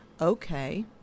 Okay